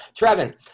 Trevin